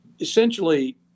essentially